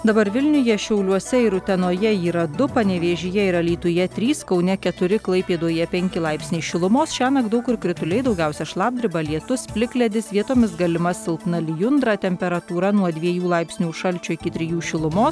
dabar vilniuje šiauliuose ir utenoje yra du panevėžyje ir alytuje trys kaune keturi klaipėdoje penki laipsniai šilumos šiąnakt daug kur krituliai daugiausia šlapdriba lietus plikledis vietomis galima silpna lijundra temperatūra nuo dviejų laipsnių šalčio iki trijų šilumos